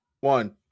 one